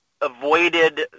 avoided